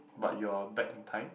but you are back in time